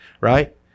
right